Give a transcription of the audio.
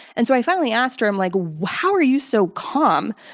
and so i finally asked her, i'm like, how are you so calm?